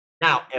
Now